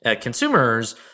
consumers